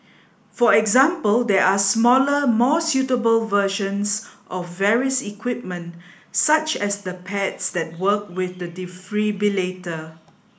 for example there are smaller more suitable versions of various equipment such as the pads that work with the defibrillator